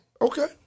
Okay